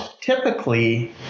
typically